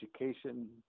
education